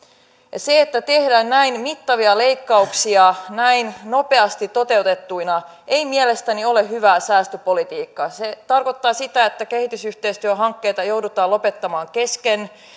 ja se että tehdään näin mittavia leikkauksia näin nopeasti toteutettuina ei mielestäni ole hyvää säästöpolitiikkaa se tarkoittaa sitä että kehitysyhteistyöhankkeita joudutaan lopettamaan kesken